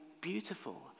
beautiful